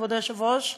כבוד היושב-ראש,